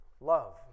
Love